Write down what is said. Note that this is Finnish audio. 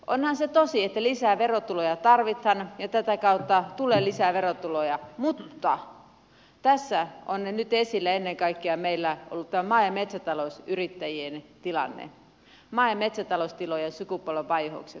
onhan se tosi että lisää verotuloja tarvitaan ja tätä kautta tulee lisää verotuloja mutta tässä meillä on nyt esillä ollut ennen kaikkea maa ja metsätalousyrittäjien tilanne maa ja metsätaloustilojen sukupolvenvaihdokset